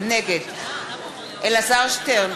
נגד אלעזר שטרן,